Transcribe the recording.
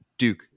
Duke